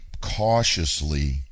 cautiously